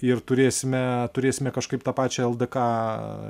ir turėsime turėsime kažkaip tą pačią ldk